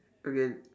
okay